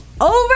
over